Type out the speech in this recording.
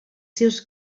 seus